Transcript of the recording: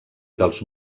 dels